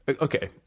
okay